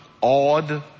awed